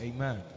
Amen